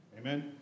Amen